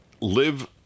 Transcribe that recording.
live